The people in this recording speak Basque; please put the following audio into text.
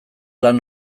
lan